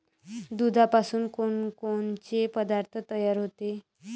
दुधापासून कोनकोनचे पदार्थ तयार होते?